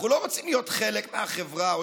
אנחנו לא רוצים להיות חלק מהחברה או